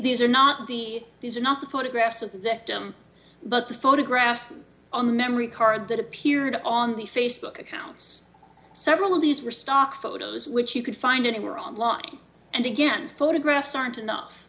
these are not the these are not the photographs of the victim but the photographs on the memory card that appeared on the facebook accounts several of these were stock photos which you could find anywhere online and again photographs aren't enough